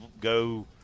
go –